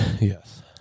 Yes